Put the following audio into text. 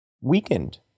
weakened